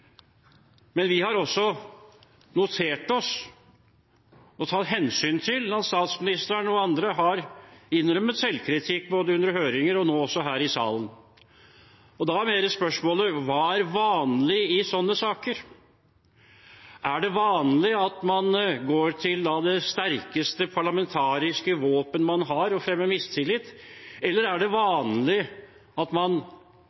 Men vi har også notert oss og tar hensyn til det når statsministeren og andre har kommet med selvkritikk både under høringer og nå her i salen. Da blir spørsmålet: Hva er vanlig i slike saker? Er det vanlig at man går til det sterkeste parlamentariske våpen man har, og fremmer mistillit, eller er det vanlig at man